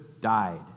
died